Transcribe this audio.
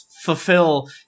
Fulfill